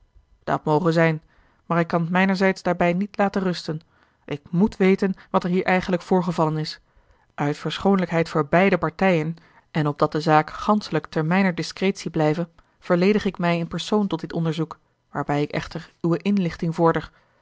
dat moge zijn maar ik kan t mijnerzijds daarbij niet laten rusten ik moet weten wat er hier eigenlijk voorgevallen is uit verschoonlijkheid voor beide partijen en opdat de zaak ganschelijk te mijner discretie blijve verledig ik mij in persoon tot dit onderzoek waarbij ik echter uwe inlichting vorder